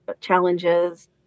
challenges